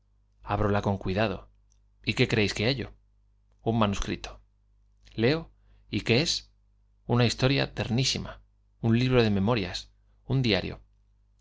áblola con cuidado y qué creerás que hallo un manuscritovleo y qué es una historia ternísima libro de un memorias un diario